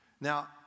Now